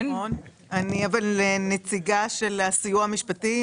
אני נציגה של הסיוע המשפטי.